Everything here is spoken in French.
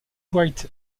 white